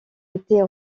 était